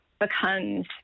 becomes